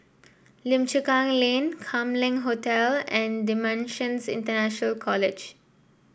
Lim Chu Kang Lane Kam Leng Hotel and Dimensions International College